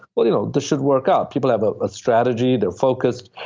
well, you know, this should work out. people have a strategy. they're focused.